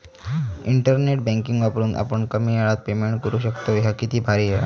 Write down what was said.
internet banking वापरून आपण कमी येळात पेमेंट करू शकतव, ह्या किती भारी हां